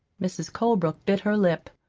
mrs. colebrook bit her lip.